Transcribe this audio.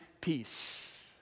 peace